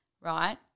right